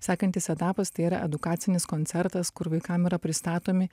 sekantis etapas tai yra edukacinis koncertas kur vaikam yra pristatomi